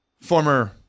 former